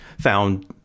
found